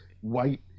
white